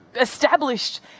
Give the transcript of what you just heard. established